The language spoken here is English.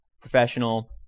professional